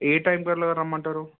ఏ time అలా రమ్మంటారు